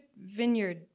vineyard